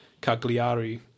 Cagliari